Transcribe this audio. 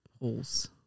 holes